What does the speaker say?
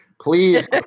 Please